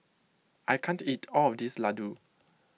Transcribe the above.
I can't eat all this Laddu